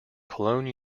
cologne